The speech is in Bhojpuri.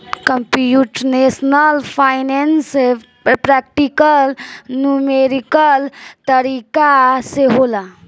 कंप्यूटेशनल फाइनेंस प्रैक्टिकल नुमेरिकल तरीका से होला